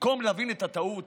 במקום להבין את הטעות